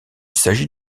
s’agit